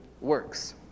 works